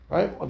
Right